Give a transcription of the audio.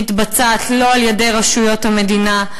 מתבצעת לא על-ידי רשויות המדינה,